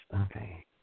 okay